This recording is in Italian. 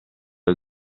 del